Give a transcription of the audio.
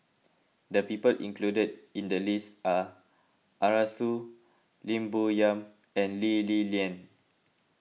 the people included in the list are Arasu Lim Bo Yam and Lee Li Lian